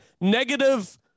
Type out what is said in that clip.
negative